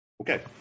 Okay